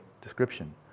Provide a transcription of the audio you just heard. description